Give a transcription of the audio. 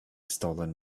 stolen